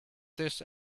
this